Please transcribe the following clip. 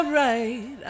right